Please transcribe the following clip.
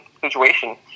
situation